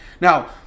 Now